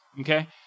Okay